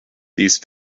these